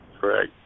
correct